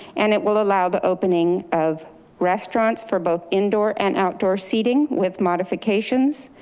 and it will allow the opening of restaurants for both indoor and outdoor seating with modifications,